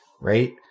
right